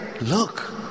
Look